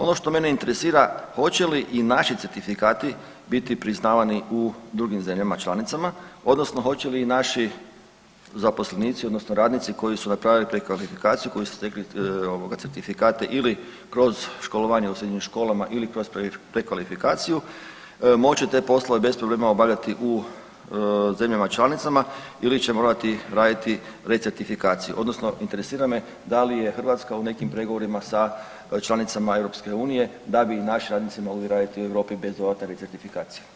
Ono što mene interesira hoće li i naši certifikati biti priznavani u drugim zemljama članicama, odnosno hoće li naši zaposlenici odnosno radnici koji su napravili prekvalifikaciju koji su stekli certifikate ili kroz školovanje u srednjim školama ili kroz prekvalifikaciju moći te poslove bez problema obavljati u zemljama članicama ili će morati raditi recertifikaciju odnosno interesira me da li je Hrvatska u nekim pregovorima sa članicama Europske unije da bi naši radnici mogli raditi u Europi bez recertifikacije.